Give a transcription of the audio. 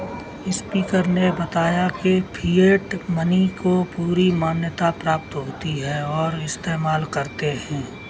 speaker ने बताया की फिएट मनी को पूरी मान्यता प्राप्त होती है और इस्तेमाल करते है